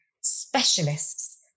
specialists